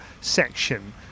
section